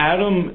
Adam